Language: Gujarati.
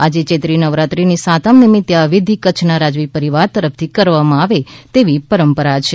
આજે ચૈત્રી નવરાત્રિની સાતમ નિમિત્તે આ વિધિ કચ્છ ના રાજવી પરિવાર તરફથી કરવામાં આવે તેવી પરંપરા છે